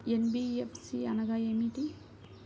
NBFC అనగా ఏమిటీ?